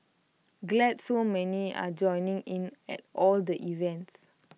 glad so many are joining in at all the events